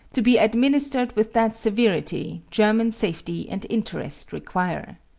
to be administered with that severity german safety and interest require.